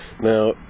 Now